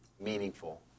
meaningful